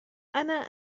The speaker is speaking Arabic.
أنا